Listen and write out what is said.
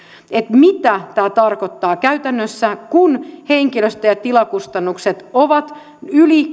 mitä tämä tarkoittaa käytännössä kun henkilöstö ja tilakustannukset ovat yli